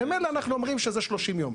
ממילא אנחנו אומרים שזה 30 יום.